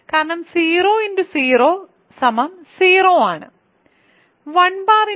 കാരണം 0 x 0 0 ആണ്